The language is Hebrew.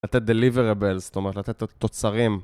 לתת דליברבלס, זאת אומרת לתת תוצרים